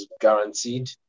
guaranteed